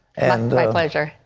and my pleasure.